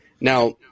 Now